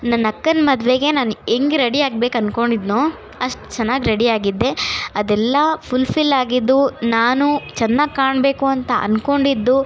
ನನ್ನ ಅಕ್ಕನ ಮದುವೆಗೆ ನಾನು ಹೆಂಗೆ ರೆಡಿಯಾಗ್ಬೇಕು ಅಂದ್ಕೊಂಡಿದ್ನೊ ಅಷ್ಟು ಚೆನ್ನಾಗಿ ರೆಡಿಯಾಗಿದ್ದೆ ಅದೆಲ್ಲ ಫುಲ್ ಫಿಲ್ ಆಗಿದ್ದು ನಾನು ಚೆನ್ನಾಗಿ ಕಾಣಬೇಕು ಅಂತ ಅಂದ್ಕೊಂಡಿದ್ದು